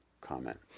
comment